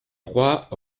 trois